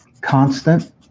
constant